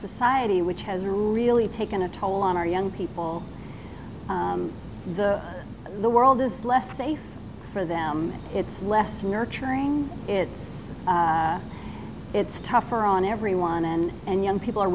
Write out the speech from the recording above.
society which has really taken a toll on our young people the world is less safe for them it's less nurturing it's it's tougher on everyone and young people are